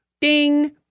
Ding